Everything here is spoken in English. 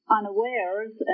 unawares